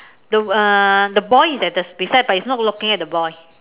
the uh the boy is at the beside but it's not looking at the boy